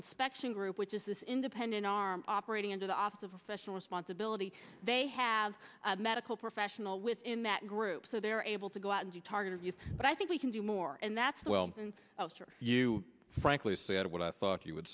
inspection group which is this independent are operating under the office of professional responsibility they have a medical professional within that group so they're able to go out and you targeted you but i think we can do more and that's well and you frankly said what i thought you would